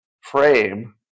frame